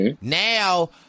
Now